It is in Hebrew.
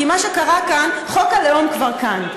כי מה שקרה כאן, חוק הלאום כבר כאן.